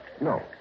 No